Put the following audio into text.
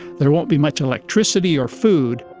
there won't be much electricity or food.